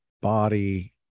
body